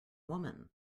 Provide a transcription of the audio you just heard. woman